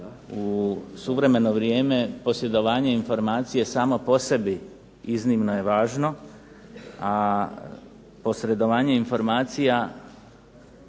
u suvremeno vrijeme posjedovanje informacije samo po sebi iznimno je važno, a posredovanje informacija